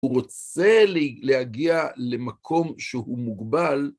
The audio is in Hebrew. הוא רוצה להגיע למקום שהוא מוגבל.